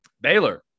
Baylor